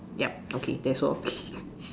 yup okay that's all